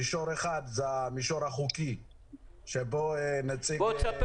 מישור אחד זה המישור החוקי --- בוא תספר